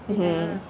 mmhmm